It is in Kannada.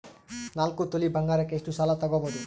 ನಾಲ್ಕು ತೊಲಿ ಬಂಗಾರಕ್ಕೆ ಎಷ್ಟು ಸಾಲ ತಗಬೋದು?